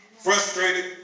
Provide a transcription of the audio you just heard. frustrated